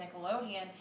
Nickelodeon